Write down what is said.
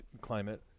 climate